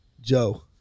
Joe